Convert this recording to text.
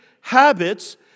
habits